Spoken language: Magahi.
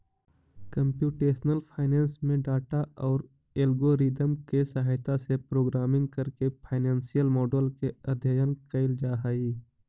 कंप्यूटेशनल फाइनेंस में डाटा औउर एल्गोरिदम के सहायता से प्रोग्रामिंग करके फाइनेंसियल मॉडल के अध्ययन कईल जा हई